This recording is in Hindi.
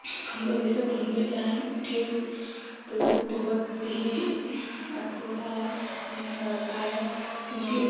हमलोग जैसे घूमने जाएँ ढेर दूर तो बहुत ही अथी होता है अजीब ढंग का लगता है क्योंकि